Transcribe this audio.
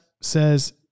says